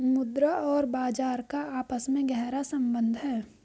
मुद्रा और बाजार का आपस में गहरा सम्बन्ध है